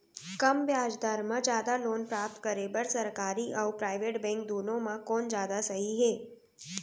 कम ब्याज दर मा जादा लोन प्राप्त करे बर, सरकारी अऊ प्राइवेट बैंक दुनो मा कोन जादा सही हे?